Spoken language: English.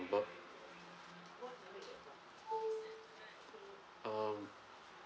number um